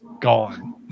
gone